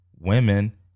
Women